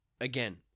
Again